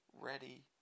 ready